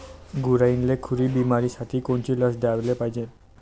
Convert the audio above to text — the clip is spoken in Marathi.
गुरांइले खुरी बिमारीसाठी कोनची लस द्याले पायजे?